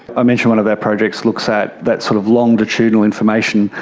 i mentioned one of our projects looks at that sort of longitudinal information.